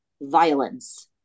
violence